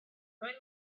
was